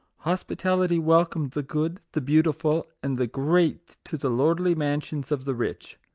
hospitality wel comed the good, the beautiful, and the great to the lordly mansions of the rich.